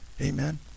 Amen